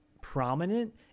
prominent